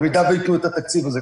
במידה ויתנו את התקציב הזה,